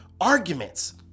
arguments